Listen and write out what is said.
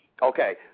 Okay